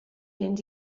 mynd